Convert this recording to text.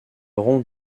rond